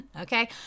Okay